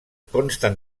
consten